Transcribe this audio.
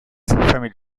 family